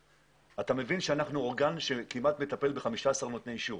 אתה מבין שאנחנו אורגן שמטפל כמעט ב-15 נותני אישור